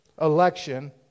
election